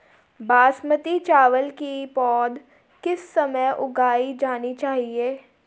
बासमती चावल की पौध किस समय उगाई जानी चाहिये?